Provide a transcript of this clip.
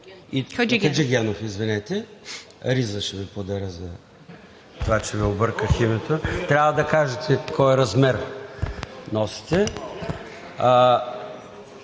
Хаджигенов, извинете. Риза ще Ви подаря за това, че Ви обърках името. Трябва да кажете кой размер носите.